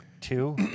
two